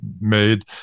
made